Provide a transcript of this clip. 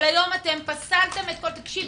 אבל היום אתם פסלתם תקשיב,